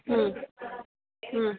ಹ್ಞೂ ಹ್ಞೂ